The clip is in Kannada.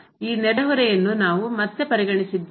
ಈ ನೆರೆಹೊರೆಯನ್ನು ನಾವು ಮತ್ತೆ ಪರಿಗಣಿಸಿದ್ದೇವೆ